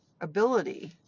ability